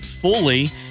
fully